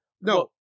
No